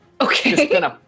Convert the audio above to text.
Okay